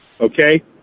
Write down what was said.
okay